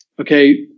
okay